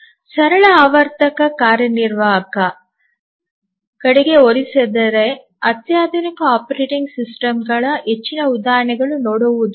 ಸರಳ ಆವರ್ತಕ ಕಾರ್ಯನಿರ್ವಾಹಕರಿಗೆ ಹೋಲಿಸಿದರೆ ಅತ್ಯಾಧುನಿಕವಾದ ಆಪರೇಟಿಂಗ್ ಸಿಸ್ಟಮ್ಗಳ ಹೆಚ್ಚಿನ ಉದಾಹರಣೆಗಳನ್ನು ನೋಡುವುದು